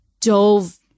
dove